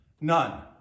None